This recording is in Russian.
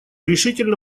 решительно